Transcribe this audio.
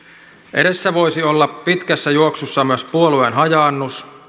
edessä voisi olla pitkässä juoksussa myös puolueen hajaannus